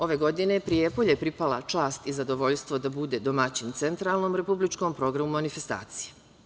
Ove godine Prijepolju je pripala čast i zadovoljstvo da bude domaćin centralnom republičkom programu manifestacije.